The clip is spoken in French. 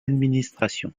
administration